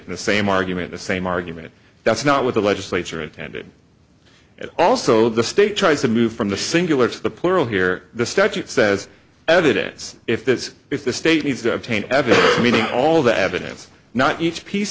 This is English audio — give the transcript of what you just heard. and the same argument the same argument that's not what the legislature intended also the state tries to move from the singular to the plural here the statute says evidence if that is if the state needs to obtain evidence to meet all the evidence not each piece